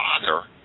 Father